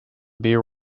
beer